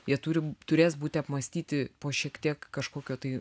jie turi turės būti apmąstyti po šiek tiek kažkokio tai